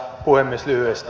lyhyesti